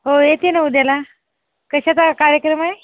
हो येते न उदयाला कशाचा कार्यक्रम आहे